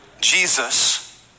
Jesus